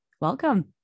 Welcome